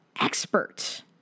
expert